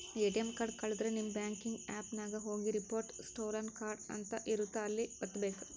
ATM card ಕಳುದ್ರೆ ನಿಮ್ banking app ನಾಗ ಹೋಗಿ ರಿಪೋರ್ಟ್ ಸ್ಟೋಲನ್ ಕಾರ್ಡ್ ಅಂತ ಇರುತ್ತ ಅಲ್ಲಿ ವತ್ತ್ಬೆಕು